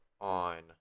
on